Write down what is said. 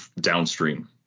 downstream